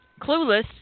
clueless